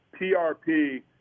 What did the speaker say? PRP